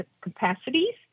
capacities